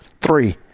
Three